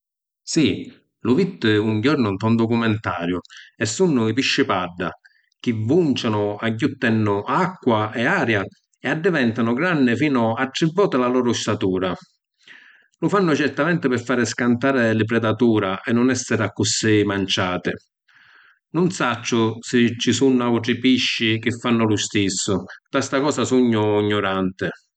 Si, lu vittu un jornu nta un documentariu, e sunnu i pisci padda chi vuncianu agghiuttennu acqua e aria e addiventanu granni finu tri voti la loro statura. Lu fannu certamente pi fari scantari li predatura e nun esseri accussì manciati. Nun sacciu si sunnu autri pisci chi fannu lu stissu, nta sta cosa sugnu gnuranti.